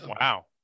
wow